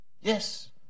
Yes